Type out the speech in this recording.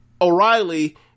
O'Reilly